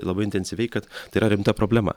labai intensyviai kad tai yra rimta problema